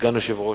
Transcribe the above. סגן היושב-ראש.